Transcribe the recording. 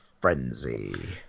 frenzy